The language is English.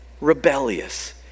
rebellious